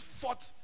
fought